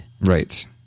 Right